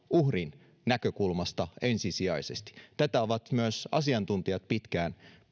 uhrin näkökulmasta ensisijaisesti tätä ovat myös asiantuntijat pitkään